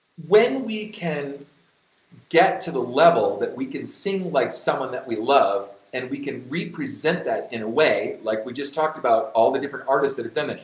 when we can get to the level that we can sing like someone that we love and we can represent that in a way like we just talked about all the different artists that are feminine.